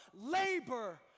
labor